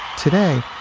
today,